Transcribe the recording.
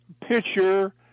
pitcher